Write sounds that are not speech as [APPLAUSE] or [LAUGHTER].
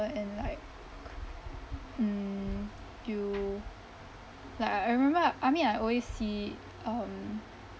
and like [NOISE] mm you like I I remember I mean always see um